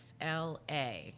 XLA